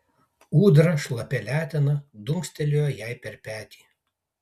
ūdra šlapia letena dunkstelėjo jai per petį